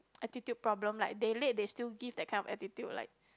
attitude problem like they late they still give that kind of attitude like